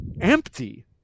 empty